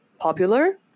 popular